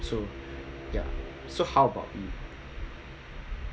so ya so how about you